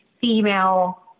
female